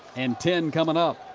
and ten coming up.